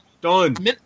done